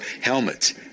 helmets